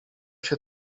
się